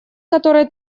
которая